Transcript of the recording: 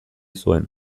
zuen